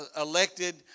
elected